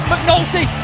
McNulty